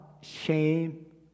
shame